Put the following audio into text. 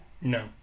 no